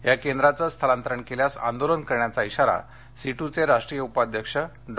या केंद्राचे स्थलांतरण केल्यास आंदोलन करण्याचा इशारा सीटूचे राष्ट्रीय उपाध्यक्ष डॉ